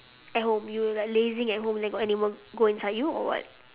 at home you like lazing at home then got animal go inside you or what